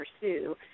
pursue